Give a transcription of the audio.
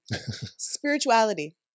Spirituality